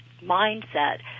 mindset